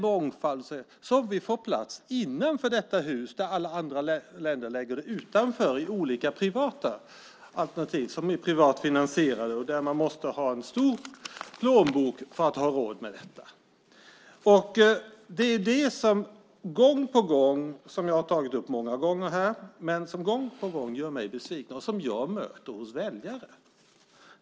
Hos oss får detta plats inom samma hus när alla andra länder lägger det utanför i olika privatfinansierade alternativ där man måste ha en stor plånbok för att ha råd med det. Jag har tagit upp det många gånger här, och gång på gång blir jag besviken. Jag möter det även hos väljarna.